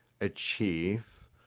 achieve